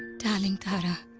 darling tara.